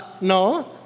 no